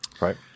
Right